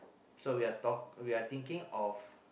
so we talk we are thinking of